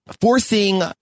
forcing